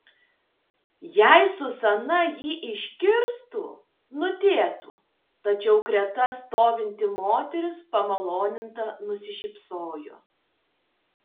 jei zuzana jį išgirstų nudėtų tačiau greta stovinti moteris pamaloninta nusišypsojo